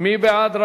מי בעד?